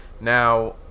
Now